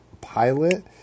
pilot